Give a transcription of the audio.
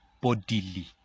bodily